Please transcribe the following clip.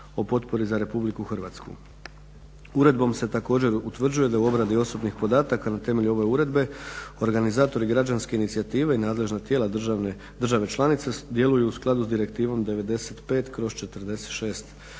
o potpori za RH. Uredbom se također utvrđuje da je u obradi osobnih podataka na temelju ove uredbe organizatori građanske inicijative i nadležna tijela države članice djeluju u skladu s Direktivnom 95/46.